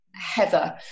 Heather